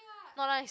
not nice